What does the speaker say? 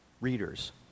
readers